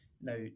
Now